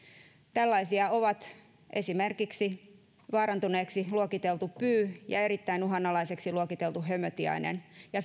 tällaisia ovat esimerkiksi vaarantuneeksi luokiteltu pyy erittäin uhanalaiseksi luokiteltu hömötiainen ja